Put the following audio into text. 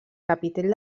capitell